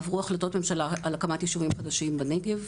עברו החלטות ממשלה על הקמת ישובים חדשים בנגב,